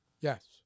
Yes